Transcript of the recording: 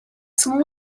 some